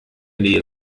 nähe